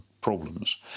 problems